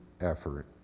effort